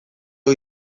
ohi